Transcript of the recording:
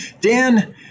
Dan